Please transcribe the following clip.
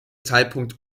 zeitpunkt